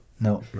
No